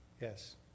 Yes